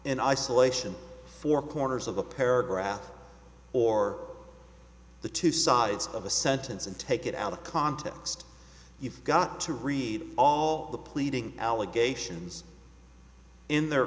in isolation four corners of a paragraph or the two sides of a sentence and take it out of context you've got to read all the pleading allegations in their